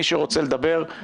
מי שרוצה לדבר,